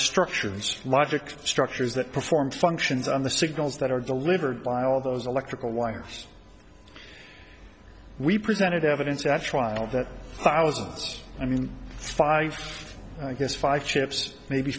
structures logic structures that perform functions on the signals that are delivered by all those electrical wires we presented evidence at trial that allows us i mean five i guess five chips maybe